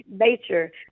nature